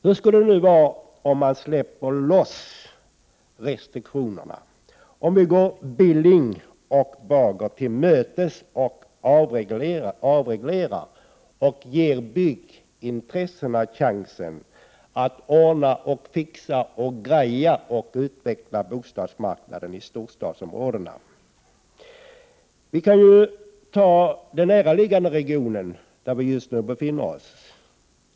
Hur skulle det bli om man släppte loss restriktionerna och gick Knut Billing och Erling Bager till mötes genom att avreglera och ge byggintressena chansen att ordna och fixa för att utveckla bostadsmarknaden i storstadsområdena? Vi kan ta den näraliggande region där vi just nu befinner oss som exempel.